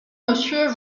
monsieur